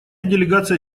делегация